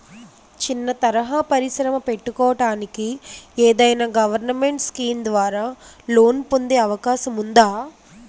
చిన్న తరహా పరిశ్రమ పెట్టుకోటానికి ఏదైనా గవర్నమెంట్ స్కీం ద్వారా లోన్ పొందే అవకాశం ఉందా?